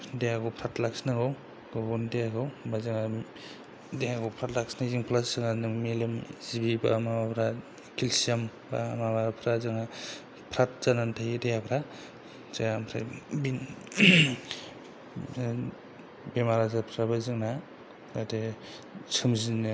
देहाखौ फ्राथ लाखिनांगौ गावबागावनि देहाखौ होमबा जोंहा देहाखौ फ्राथ लाखिनायजों प्लास मेलेम जिबि बा माबाफ्रा केलसियाम बा माबाफ्रा फ्राथ जानानै थायो देहाफोरा बेमार आजारफ्राबो जोंना बेबादि सोमजिनो